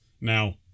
Now